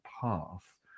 path